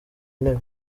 intebe